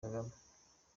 kagame